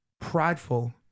prideful